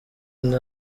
kandi